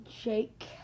shake